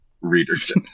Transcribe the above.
readership